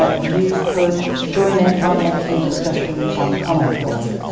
ah you could join in by making a discussion on the comment board.